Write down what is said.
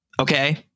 Okay